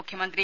മുഖ്യമന്ത്രി